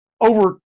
over